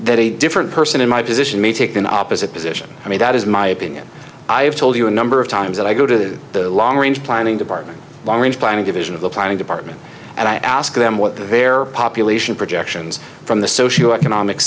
that a different person in my position may take an opposite position i mean that is my opinion i've told you a number of times that i go to the long range planning department long range planning division of the planning department and i ask them what their population projections from the social economic